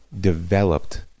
developed